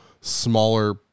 smaller